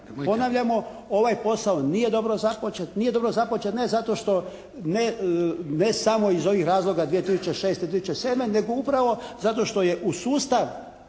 Ponavljamo ovaj posao nije dobro započet, nije dobro započet ne zato što ne, ne samo iz ovih razloga 2006., 2007. nego upravo zato što je u sustav,